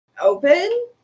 open